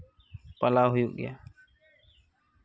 ᱯᱟᱞᱟᱣ ᱦᱩᱭᱩᱜ ᱜᱮᱭᱟ